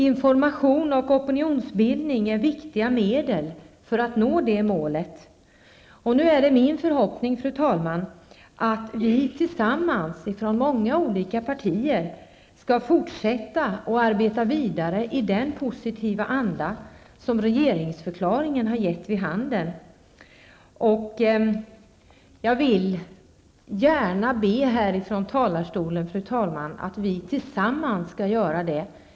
Information och opinionsbildning är viktiga medel för att nå det målet. Nu är det min förhoppning, fru talman, att vi tillsammans i många olika partier skall fortsätta att arbeta vidare i den positiva anda som regeringsförklaringen har gett vid handen. Jag vill gärna härifrån talarstolen be att vi tillsammans skall göra det.